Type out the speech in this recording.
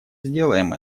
сделаем